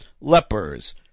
Lepers